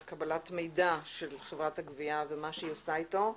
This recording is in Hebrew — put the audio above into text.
קבלת מידע של חברת הגבייה ומה שהיא עושה איתו.